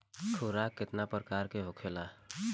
खुराक केतना प्रकार के होखेला?